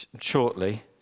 shortly